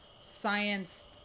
science